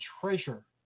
treasure